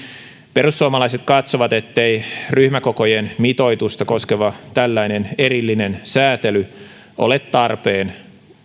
perussuomalaiset katsovat ettei tällainen ryhmäkokojen mitoitusta koskeva erillinen säätely ole tarpeen